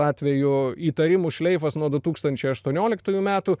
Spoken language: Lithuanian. atveju įtarimų šleifas nuo du tūkstančiai aštuonioliktųjų metų